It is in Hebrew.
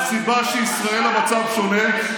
אי-אפשר להשוות.